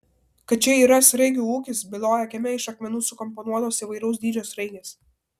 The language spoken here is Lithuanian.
kad čia yra sraigių ūkis byloja kieme iš akmenų sukomponuotos įvairaus dydžio sraigės